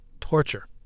Torture